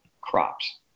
crops